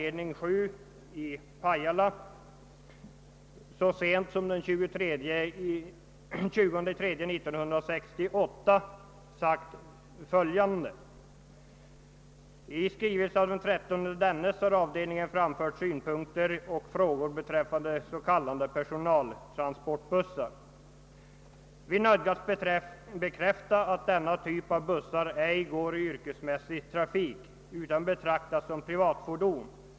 7 av Svenska skogsarbetareförbundet i Pajala så sent som den 20 mars 1968 framhållit Vi nödgas bekräfta att denna typ av bussar ej går i yrkesmässig trafik utan betraktas som privatfordon.